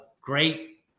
great